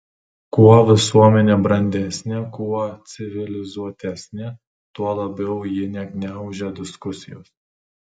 kuo visuomenė brandesnė kuo civilizuotesnė tuo labiau ji negniaužia diskusijos